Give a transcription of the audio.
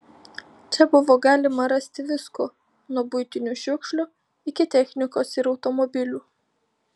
čia buvo galima rasti visko nuo buitinių šiukšlių iki technikos ir automobilių